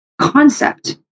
concept